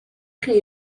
chi